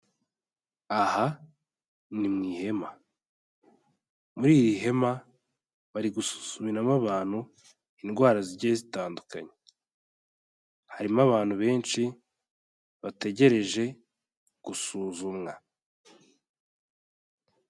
Aha ni mu ihema, muri iri hema bari gusuzumiramo abantu indwara zigiye zitandukanye, harimo abantu benshi bategereje gusuzumwa.